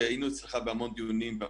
והיינו אצלך בהמון דיונים,